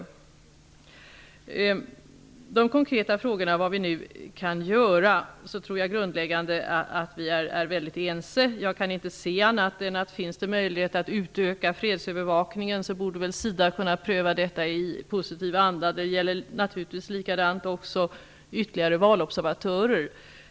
Beträffande de konkreta frågorna om vad vi nu kan göra tror jag att vi i grunden är mycket ense. Jag kan inte se annat än att om det finns möjlighet att utöka fredsövervakningen, borde SIDA kunna pröva detta i positiv anda. Detsamma gäller naturligtvis i frågan om ytterligare valobservatörer.